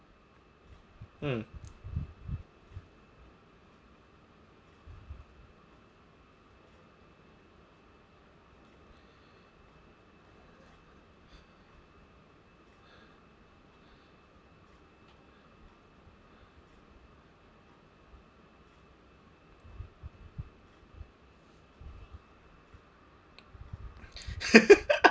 mm